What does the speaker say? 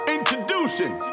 Introducing